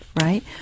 right